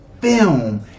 film